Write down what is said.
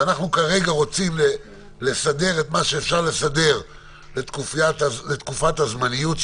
אנחנו כרגע רוצים לסדר את מה שאפשר לסדר לגבי תקופת הזמניות,